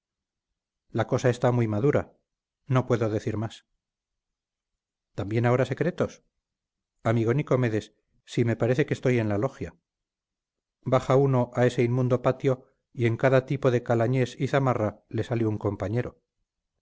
la cosa está muy madura no puedo decir más también ahora secretos amigo nicomedes si me parece que estoy en la logia baja uno a ese inmundo patio y en cada tipo de calañés y zamarra le sale un compañero